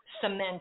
cement